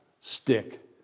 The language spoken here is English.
stick